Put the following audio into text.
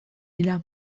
dira